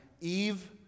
Eve